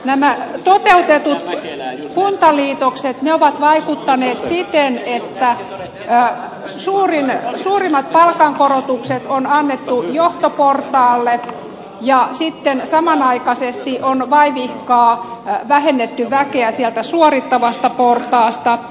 nämä toteutetut kuntaliitokset ovat vaikuttaneet siten että suurimmat palkankorotukset on annettu johtoportaalle ja samanaikaisesti on vaivihkaa vähennetty väkeä suorittavasta portaasta